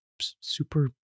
super